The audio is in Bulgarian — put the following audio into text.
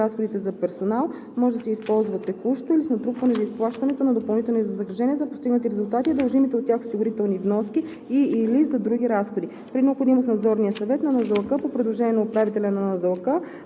и чл. 107а, ал. 9 от Кодекса на труда. (3) Икономията на разходите за персонал може да се използва текущо или с натрупване за изплащането на допълнителни възнаграждения за постигнати резултати и дължимите за тях осигурителни вноски и/или за други разходи.